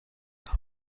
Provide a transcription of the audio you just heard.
are